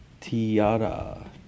Tiara